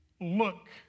look